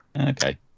okay